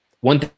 One